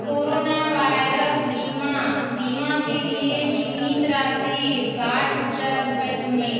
corona virus बीमा बीमा के लिए बीमित राशि साठ हज़ार रुपये चुनें